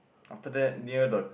after that near the